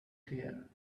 here